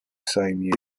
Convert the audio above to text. same